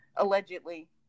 Allegedly